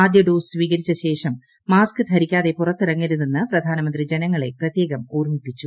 ആദൃ ഡോസ് സ്വീകരിച്ച ശേഷം മാസ്ക് ധരിക്കാതെ പുറത്തിറങ്ങരുതെന്ന് പ്രധാനമന്ത്രി ജനങ്ങളെ പ്രത്യേകം ഓർമ്മിപ്പിച്ചു